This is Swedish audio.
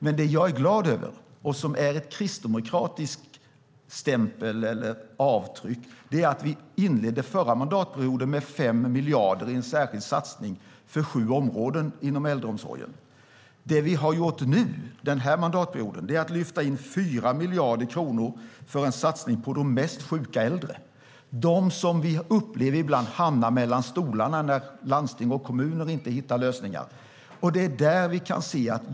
Men det som jag är glad över, och som är ett kristdemokratiskt avtryck, är att vi inledde förra mandatperioden med 5 miljarder i en särskild satsning för sju områden inom äldreomsorgen. Den här mandatperioden har vi lyft in 4 miljarder kronor för en satsning på de mest sjuka äldre, de som vi ibland upplever hamnar mellan stolarna när landsting och kommuner inte hittar lösningar.